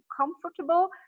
comfortable